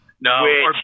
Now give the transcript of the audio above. No